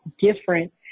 different